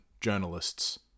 journalists